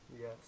Yes